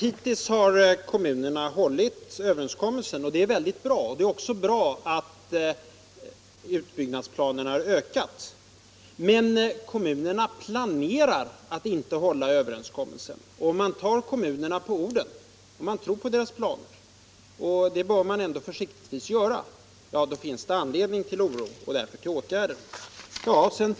I flera kommuner planerar man i dag kraftiga höjningar av taxorna på dagoch fritidshemmen, höjningar som hårt kommer att drabba barnfamiljerna. Taxehöjningarna innebär ett sätt att skenbart minska köerna och pressa tillbaka kvinnorna från arbetslivet.